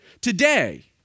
Today